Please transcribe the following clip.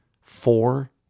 four